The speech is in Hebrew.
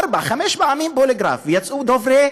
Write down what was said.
ארבע-חמש פעמים פוליגרף, ויצאו דוברי אמת,